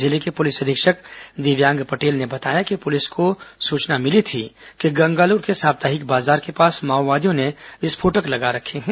जिले के पुलिस अधीक्षक दिव्यांग पटेल ने बताया कि पुलिस को सूचना मिली थी कि गंगालूर के साप्ताहिक बाजार के पास माओवादियों ने विस्फोटक लगा रखे हैं